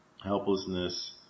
helplessness